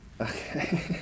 Okay